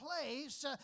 place